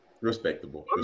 Respectable